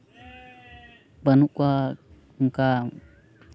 ᱵᱟᱹᱱᱩᱜ ᱠᱚᱣᱟ ᱚᱱᱠᱟ